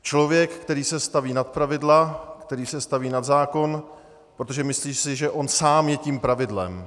Člověk, který se staví nad pravidla, který se staví nad zákon, protože si myslí, že on sám je tím pravidlem.